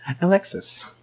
Alexis